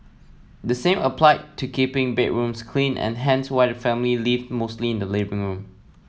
the same applied to keeping bedrooms clean and hence why the family lived mostly in the living room